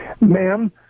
Ma'am